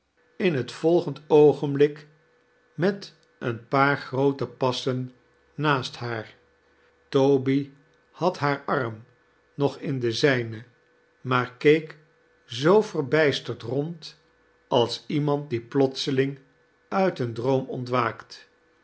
in het volgend oogenblik met een paar groote passen naast haar toby had haar arm nog in den zijnen maar keek zoo verbijsterd rond als iemand die plotseling uit een droom ontwaakt